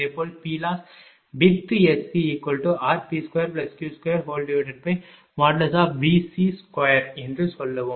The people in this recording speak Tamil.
இதேபோல் PLossrP2Q2Vc2 என்று சொல்லவும்